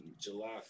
July